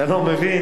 אתה לא מבין.